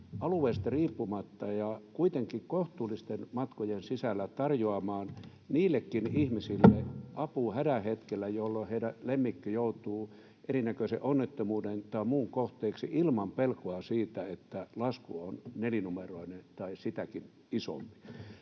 alueesta riippumatta ja kuitenkin kohtuullisten matkojen sisällä tarjoamaan ihmisille apua hädän hetkellä, jolloin heidän lemmikkinsä joutuu erinäköisen onnettomuuden tai muun kohteeksi, ilman pelkoa siitä, että lasku on nelinumeroinen tai sitäkin isompi.